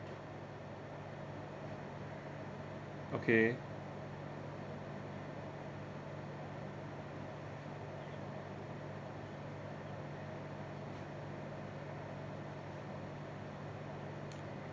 okay